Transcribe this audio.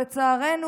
לצערנו,